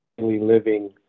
living